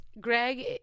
Greg